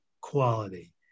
quality